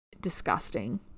disgusting